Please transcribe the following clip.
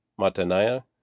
Mataniah